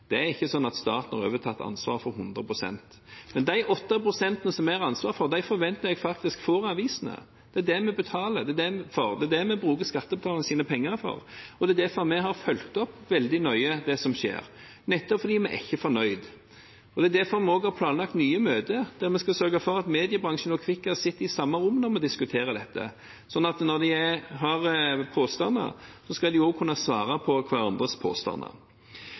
Det er ikke slik at staten har overtatt ansvaret for 100 pst., men de 8 pst. som vi har ansvar for, forventer jeg får avisene. Det er det vi betaler for, det er det vi bruker skattebetalernes penger til. Det er derfor vi har fulgt opp veldig nøye det som skjer, nettopp fordi vi ikke er fornøyd. Det er derfor vi også har planlagt nye møter, og vi skal sørge for at mediebransjen og Kvikkas sitter i samme rom når vi diskuterer dette, slik at de, når de har påstander, også skal kunne svare på hverandres påstander.